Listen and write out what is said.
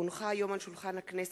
כי הונחו היום על שולחן הכנסת,